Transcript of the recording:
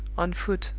on foot,